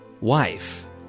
wife